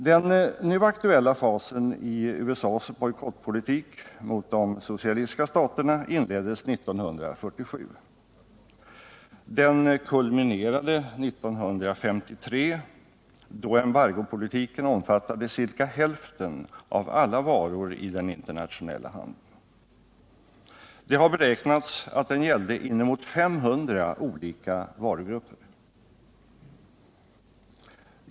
Den nu aktuella fasen i USA:s bojkottpolitik mot de socialistiska staterna inleddes 1947. Den kulminerade 1953, då embargopolitiken omfattade ca hälften av alla varor i den internationella handeln. Det har beräknats att den gällde inemot 500 olika varugrupper.